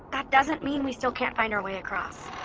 that doesn't mean we still can't find our way across